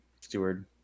steward